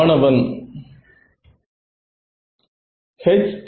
மாணவன் Refer Time 0857